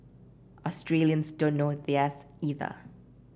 Australians don't know theirs either